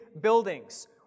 buildings